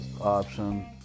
option